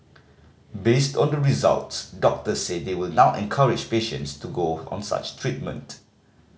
based on the results doctors say they will now encourage patients to go on such treatment